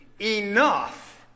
enough